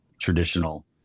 traditional